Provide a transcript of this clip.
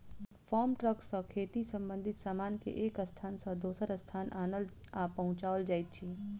farm truck सॅ खेती संबंधित सामान के एक स्थान सॅ दोसर स्थान आनल आ पहुँचाओल जाइत अछि